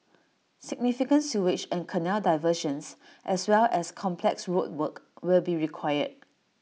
significant sewage and canal diversions as well as complex road work will be required